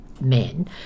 men